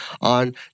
on